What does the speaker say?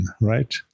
Right